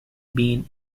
been